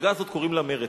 המפלגה הזאת קוראים לה מרצ,